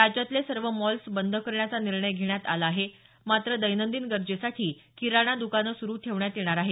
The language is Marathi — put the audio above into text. राज्यातले सर्व मॉल्स बंद करण्याचा निर्णय घेण्यात आला आहे मात्र दैनंदिन गरजेसाठी किराणा दुकानं सुरु ठेवण्यात येणार आहेत